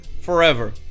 forever